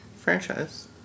Franchise